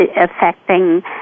affecting